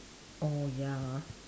oh ya ah